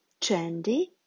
trendy